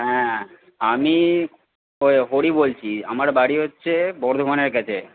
হ্যাঁ আমি হরি বলছি আমার বাড়ি হচ্ছে বর্ধমানের কাছে